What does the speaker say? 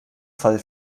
fall